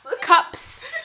Cups